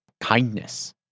kindness